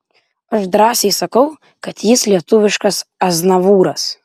aš drąsiai sakau kad jis lietuviškas aznavūras